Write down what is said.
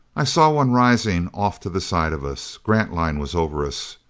i saw one rising off to the side of us. grantline was over us.